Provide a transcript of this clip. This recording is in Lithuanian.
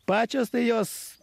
pačios tai jos